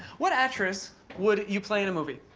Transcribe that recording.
what actress would you play in a movie?